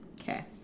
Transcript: Okay